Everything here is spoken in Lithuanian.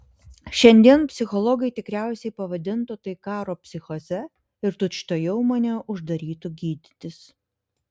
šiandien psichologai tikriausiai pavadintų tai karo psichoze ir tučtuojau mane uždarytų gydytis